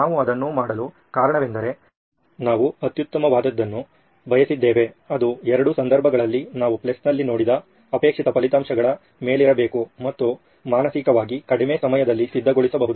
ನಾವು ಅದನ್ನು ಮಾಡಲು ಕಾರಣವೆಂದರೆ ನಾವು ಅತ್ಯುತ್ತಮವಾದದ್ದನ್ನು ಬಯಸಿದ್ದೇವೆ ಅದು ಎರಡೂ ಸಂದರ್ಭಗಳಲ್ಲಿ ನಾವು ಪ್ಲಸ್ನಲ್ಲಿ ನೋಡಿದ ಅಪೇಕ್ಷಿತ ಫಲಿತಾಂಶಗಳ ಮೇಲಿರಬೇಕು ಮತ್ತು ಮಾನಸಿಕವಾಗಿ ಕಡಿಮೆ ಸಮಯದಲ್ಲಿ ಸಿದ್ಧಗೊಳಿಸಬಹುದು